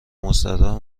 مستراح